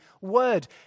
word